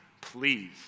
please